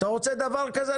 אתה רוצה דבר כזה?